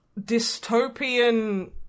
dystopian